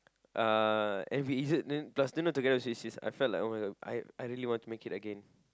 uh and we is it then plus eating it together with Swiss cheese I felt like [oh]-my-god I I really want to make it again